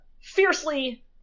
Fiercely